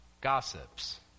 gossips